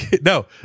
No